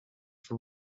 for